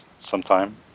sometime